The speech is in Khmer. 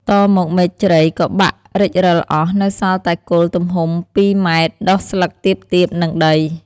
តមកមែកជ្រៃក៏បាក់រិចរិលអស់ នៅសល់តែគល់ទំហំ ២ ម. ដុះស្លឹកទាបៗនឹងដី ។